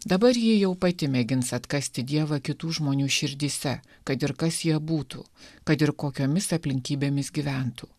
dabar ji jau pati mėgins atkasti dievą kitų žmonių širdyse kad ir kas jie būtų kad ir kokiomis aplinkybėmis gyventų